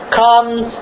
comes